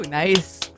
Nice